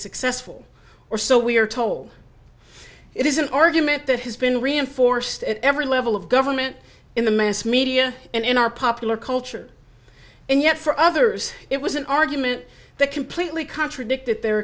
successful or so we are told it is an argument that has been reinforced at every level of government in the mass media and in our popular culture and yet for others it was an argument that completely contradicted their